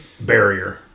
Barrier